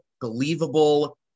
believable